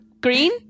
Green